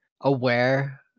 aware